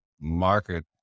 market